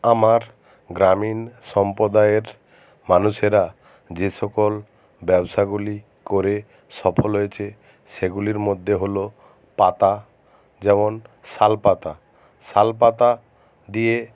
আমার গ্রামীণ সম্প্রদায়ের মানুষেরা যে সকল ব্যবসাগুলি করে সফল হয়েছে সেগুলির মধ্যে হল পাতা যেমন শাল পাতা শাল পাতা দিয়ে